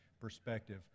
perspective